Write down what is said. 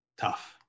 Tough